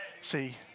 See